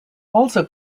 also